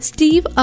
Steve